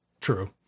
true